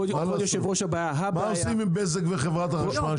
מה עושים עם בזק וחברת החשמל?